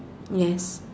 yes